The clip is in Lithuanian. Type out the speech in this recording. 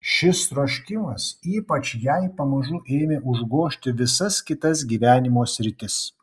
šis troškimas ypač jai pamažu ėmė užgožti visas kitas gyvenimo sritis